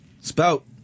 Spout